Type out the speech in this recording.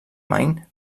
main